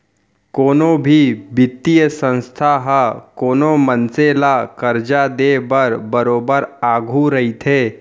कोनो भी बित्तीय संस्था ह कोनो मनसे ल करजा देय बर बरोबर आघू रहिथे